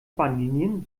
bahnlinien